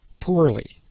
poorly